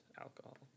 alcohol